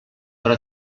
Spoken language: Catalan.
però